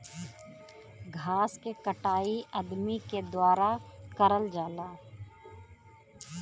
घास के कटाई अदमी के द्वारा करल जाला